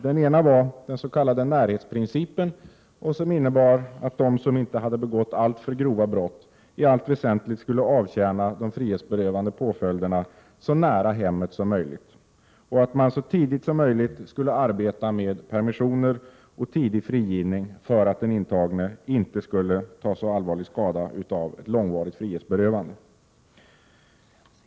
Den ena var den s.k. närhetsprincipen, som innebär att de som inte har begått alltför grova brott skall i allt väsentligt avtjäna de frihetsberövande påföljderna så nära hemmet som möjligt och att man så tidigt som möjligt skall arbeta med permissioner och tillämpa tidig frigivning för att den intagne inte skall ta så allvarlig skada av ett långvarigt frihetsberövande.